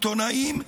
עיתונאים,